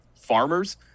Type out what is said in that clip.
farmers